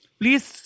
please